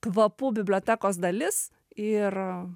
kvapų bibliotekos dalis ir